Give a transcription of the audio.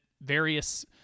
various